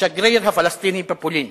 השגריר הפלסטיני בפולין.